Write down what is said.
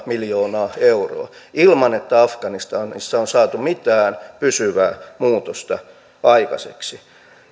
miljoonaa euroa ilman että afganistanissa on saatu mitään pysyvää muutosta aikaiseksi